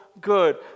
good